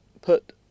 put